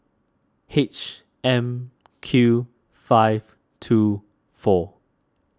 H M Q five two four